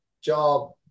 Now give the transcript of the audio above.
job